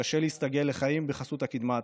מתקשה להסתגל לחיים בחסות הקדמה הטכנולוגית.